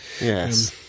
Yes